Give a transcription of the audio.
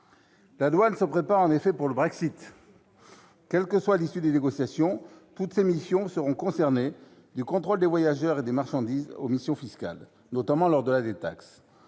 La douane se prépare en effet pour le Brexit : quelle que soit l'issue des négociations, toutes ses missions seront concernées, du contrôle des voyageurs et des marchandises aux missions fiscales, notamment lors de la détaxe.